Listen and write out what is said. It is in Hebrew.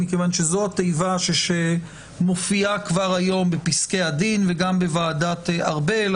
כיוון שזו התיבה שמופיעה כבר היום בפסקי הדין וגם בוועדת ארבל.